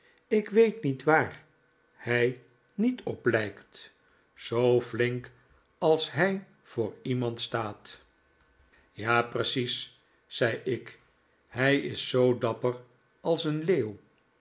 ik weet niet waar hij niet op lijkt zoo flink als hij voor iemand staat ja precies zei ik hij is zoo dapper als een leeuw